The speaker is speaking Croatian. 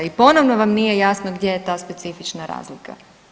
I ponovno vam nije jasno gdje je ta specifična razlika.